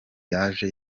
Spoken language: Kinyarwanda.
yaje